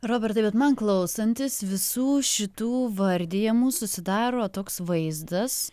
robertai bet man klausantis visų šitų vardijamų susidaro toks vaizdas